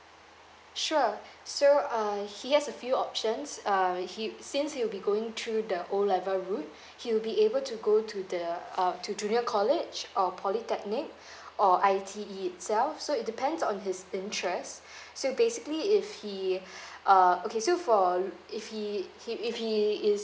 sure so uh he has a few options uh he since he'll be going through the O level route he'll be able to go to the uh to junior college or polytechnic or I_T_E itself so it depends on his interest so basically if he uh okay so for if he he if he is